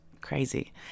Crazy